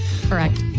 Correct